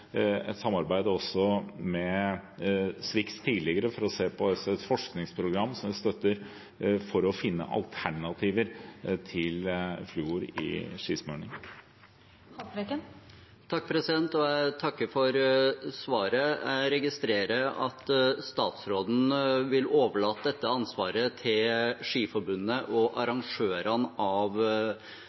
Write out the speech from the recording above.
et samarbeid med Swix tidligere for å se på et forskningsprogram, som vi støtter, for å finne alternativer til fluor i skismøring. Jeg takker for svaret. Jeg registrerer at statsråden vil overlate dette ansvaret til Skiforbundet og arrangørene av